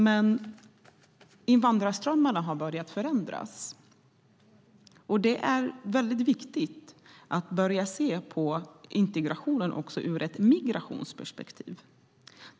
Men invandrarströmmarna har börjat förändras, och det är viktigt att se på integrationen också ur ett migrationsperspektiv.